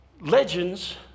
legends